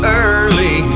early